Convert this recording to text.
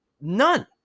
None